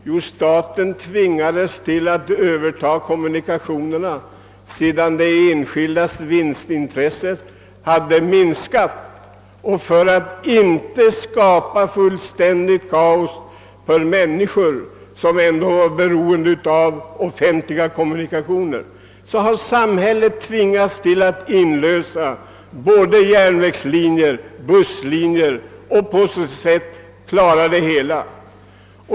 Jo, staten tvingades att, sedan de enskildas vinstintresse hade minskat, klara det hela genom att inlösa icke lönsamma järnvägslinjer och busslinjer från privat företagsamhet för att förhindra ett fullständigt kaos för människor som var beroende av allmänna kommunikationer.